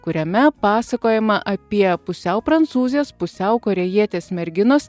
kuriame pasakojama apie pusiau prancūzijos pusiau korėjietės merginos